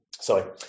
Sorry